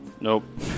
Nope